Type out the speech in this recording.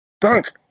Dunk